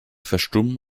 verstummen